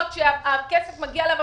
איציק, הגעת בדיוק בזמן.